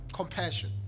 compassion